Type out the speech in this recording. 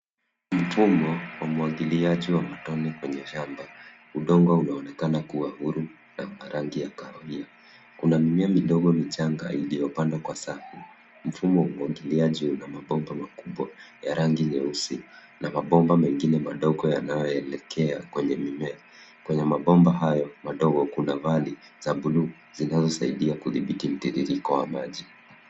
Mfumo wa umwagiliaji wa matone kwenye shamba. Udongo unaonekana kuwa huru na rangi ya kahawia. Kuna mimea midogo michanga iliopandwa kwa safu. Mfumo wa umwagiliaji una mabomba makubwa ya rangi nyeusi na mabomba mengine madogo yanayoelekea kwenye mimea. Kwenye mabomba hayo madogo kuna vari za buluu zinazodhibiti mtiririko wa maji.